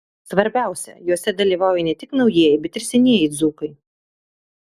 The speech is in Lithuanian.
svarbiausia juose dalyvauja ne tik naujieji bet ir senieji dzūkai